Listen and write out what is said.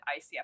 ICF